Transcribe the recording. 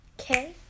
Okay